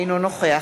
אינו נוכח